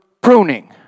pruning